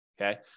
Okay